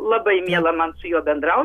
labai miela man su juo bendraut